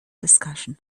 discussion